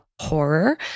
horror